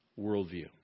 worldview